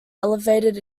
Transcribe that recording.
elevated